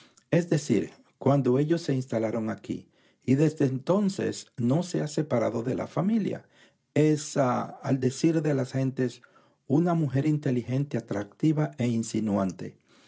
es decir cuando ellos se instalaron aquí y desde entonces no se ha separado de la familia es al decir de las gentes una mujer inteligente atractiva e insinuante